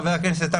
חבר הכנסת טל,